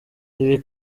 ibi